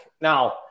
Now